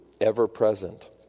ever-present